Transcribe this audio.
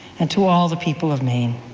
and to all the people of maine,